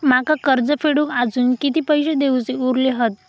माका कर्ज फेडूक आजुन किती पैशे देऊचे उरले हत?